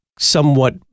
somewhat